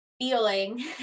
feeling